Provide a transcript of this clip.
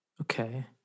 Okay